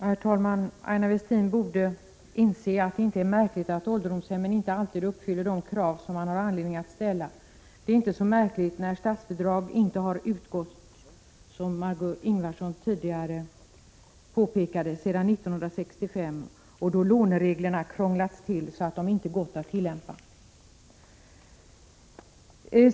Herr talman! Aina Westin borde inse att det inte är märkligt att ålderdomshemmen inte alltid uppfyller de krav som man har anledning att ställa. Det är inte så märkligt när statsbidrag inte har utgått sedan 1965 - som Margö Ingvardsson påpekade — och då lånereglerna krånglats till, så att de inte kunnat tillämpas.